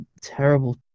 terrible